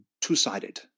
two-sided